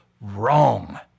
wrong